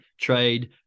trade